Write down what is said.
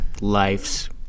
lives